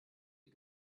die